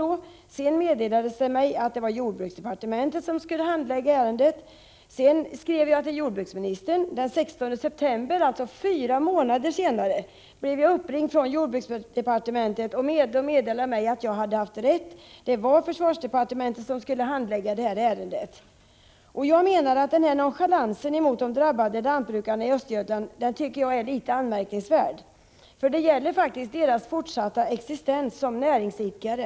Sedan meddelades det mig att det var jordbruksdepartementet som skulle handlägga ärendet och jag skrev då till jordbruksministern. Den 16 september, alltså fyra månader senare, blev jag uppringd från jordbruksdepartementet och fick beskedet att jag hade haft rätt; det var försvarsdepartementet som skulle handlägga ärendet. Jag tycker att denna nonchalans mot de drabbade lantbrukarna i Östergötland är anmärkningsvärd. Det gäller faktiskt deras fortsatta existens som näringsidkare.